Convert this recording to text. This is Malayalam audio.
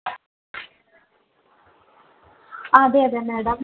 ആ അതെയതെ മേഡം